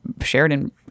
Sheridan